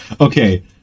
okay